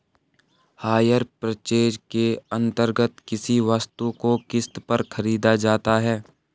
higher purchase के अंतर्गत किसी वस्तु को किस्त पर खरीदा जाता है